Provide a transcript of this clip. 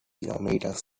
kilometres